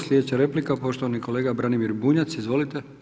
Slijedeća replika, poštovani kolega Branimir Bunjac, izvolite.